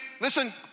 listen